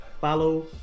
follow